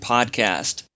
Podcast